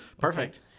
Perfect